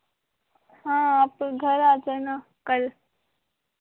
हाँ आप घर आ जाना कल